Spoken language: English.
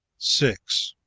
six.